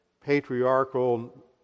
patriarchal